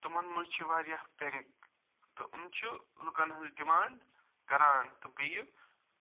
تِمن منٛز چھِ وارِیاہ بینٛک تہٕ یم چھِ لُکن ہٕنٛز ڈیمانٛڈ کَران تہٕ بیٚیہِ